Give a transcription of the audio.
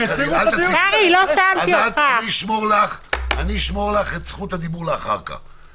אז אשמור לך את זכות הדיבור לאחר כך.